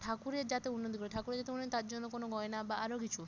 ঠাকুরের যাতে উন্নতি করে ঠাকুরের যাতে উন্নতি করে তার জন্য কোনো গয়না বা আরো কিছু